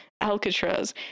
Alcatraz